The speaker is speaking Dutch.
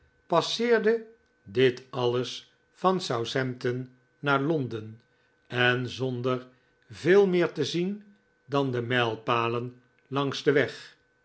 passeerde dit alles van southampton naar londen en zonder veel meer te zien dan de mijlpalen langs den weg